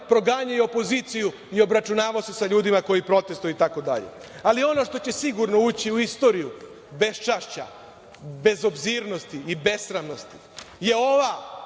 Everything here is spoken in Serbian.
proganjao i opoziciju i obračunavao se sa ljudima koji protestuju itd. Ali, ono što će sigurno ući u istoriju beščašća, bezobzirnosti i besramnosti je ova